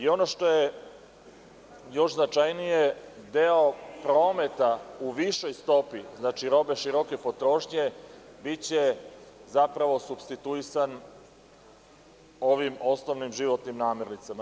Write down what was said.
Ono što je značajnije, deo prometa u višoj stopi, roba široke potrošnje, biće supstituisan ovim osnovnim životnim namirnicama.